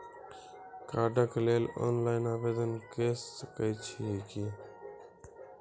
कार्डक लेल ऑनलाइन आवेदन के सकै छियै की?